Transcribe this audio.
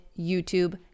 YouTube